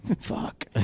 Fuck